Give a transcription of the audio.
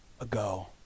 ago